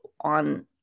on